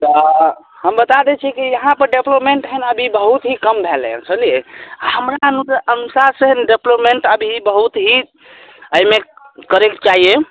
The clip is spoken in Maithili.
तऽ हम बता दै छी कि यहाँ पर डेपलोपमेन्ट हइ ने अभी बहुत ही कम भेलै समझलियै हमरा अनु अनुसार से डेपलोपमेन्ट अभी बहुत ही एहिमे करैके चाही